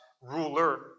ruler